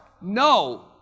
no